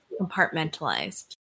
compartmentalized